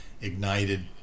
ignited